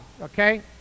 okay